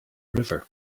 river